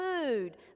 food